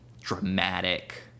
dramatic